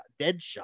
Deadshot